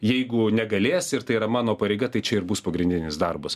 jeigu negalės ir tai yra mano pareiga tai čia ir bus pagrindinis darbas